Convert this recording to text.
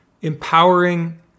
empowering